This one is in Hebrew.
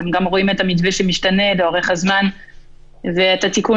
אתם גם רואים את המתווה שמשתנה לאורך הזמן ואת התיקון